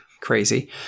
crazy